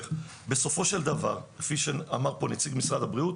בסופו של דבר כפי שאמר פה נציג משרד הבריאות,